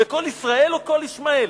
זה "קול ישראל" או "קול ישמעאל"?